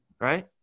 Right